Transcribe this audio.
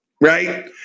right